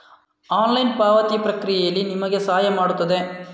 online ಪಾವತಿ ಪ್ರಕ್ರಿಯೆಯಲ್ಲಿ ನಿಮಗೆ ಸಹಾಯ ಮಾಡುತ್ತದೆ